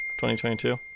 2022